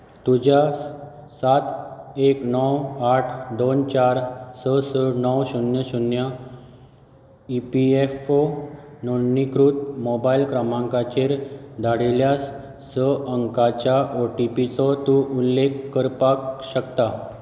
तुज्या सात एक णव आठ दोन चार स स णव शून्य शून्य ई पी एफ ओ नोंदणीकृत मोबायल क्रमांकाचेर धाडिल्ल्या स अंकांच्या ओ टी पी चो तूं उल्लेख करपाक शकता